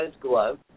glove